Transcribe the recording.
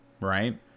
right